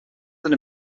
than